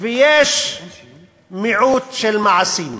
ויש מיעוט של מעשים,